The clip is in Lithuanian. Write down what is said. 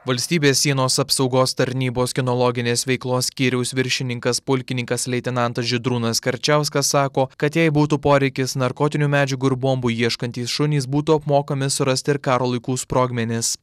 valstybės sienos apsaugos tarnybos kinologinės veiklos skyriaus viršininkas pulkininkas leitenantas žydrūnas karčiauskas sako kad jei būtų poreikis narkotinių medžiagų ir bombų ieškantys šunys būtų apmokami surasti ir karo laikų sprogmenis